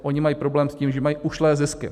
Oni mají problém s tím, že mají ušlé zisky.